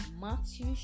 matthew